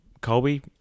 Colby